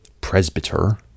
presbyter